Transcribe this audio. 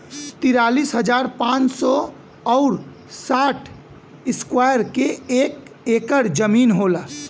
तिरालिस हजार पांच सौ और साठ इस्क्वायर के एक ऐकर जमीन होला